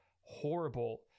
horrible